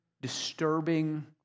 disturbing